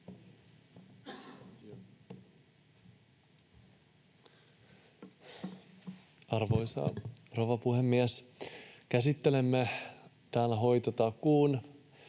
Arvoisa rouva puhemies! Käsittelemme täällä hoitotakuun